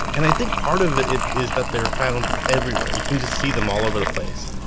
and i think part of it is that they're found everywhere. you can just see them all over the place.